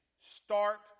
start